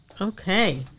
Okay